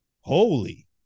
holy